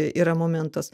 yra momentas